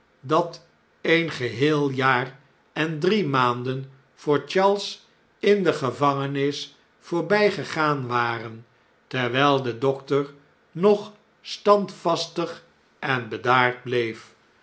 dat een geheel jaar en drie maanden voor charles in de gevangenis voorbijgegaan waren terwy'l de dokter nog standvastig en bedaard bleef